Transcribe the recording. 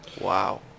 wow